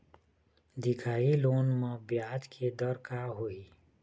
दिखाही लोन म ब्याज के दर का होही?